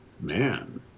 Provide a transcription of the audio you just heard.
Man